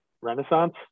Renaissance